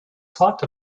talk